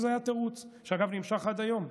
וזה היה תירוץ, שאגב נמשך עד היום.